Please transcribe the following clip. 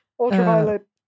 Ultraviolet